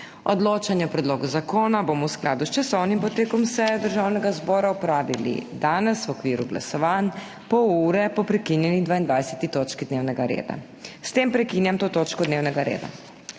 Odločanje o predlogu zakona bomo v skladu s časovnim potekom seje Državnega zbora opravili danes v okviru glasovanj, pol ure po prekinjeni 22. točki dnevnega reda. S tem prekinjam to točko dnevnega reda.